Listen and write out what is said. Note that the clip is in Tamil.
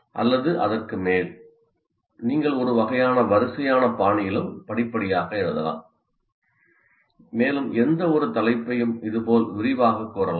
அல்லது அதற்கு மேல் நீங்கள் ஒரு வகையான வரிசையான பாணியிலும் படிப்படியாக எழுதலாம் மேலும் எந்தவொரு தலைப்பையும் இதுபோல் விரிவாகக் கூறலாம்